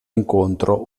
incontro